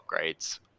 upgrades